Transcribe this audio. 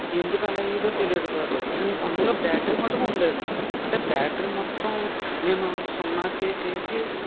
ఎందుకు అలా అయ్యేదో తెలియదు కాదు కానీ అందులో బ్యాటరీ మటుకు ఉండేది అంటే బ్యాటరీ మొత్తం నేను సున్నాకి చేసి